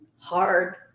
hard